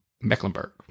Mecklenburg